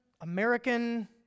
American